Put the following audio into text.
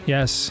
Yes